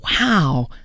wow